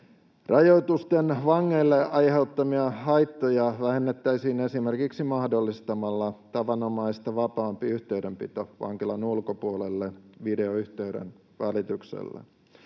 Rajoitusten vangeille aiheuttamia haittoja vähennettäisiin esimerkiksi mahdollistamalla tavanomaista vapaampi yhteydenpito vankilan ulkopuolelle videoyhteyden välityksellä.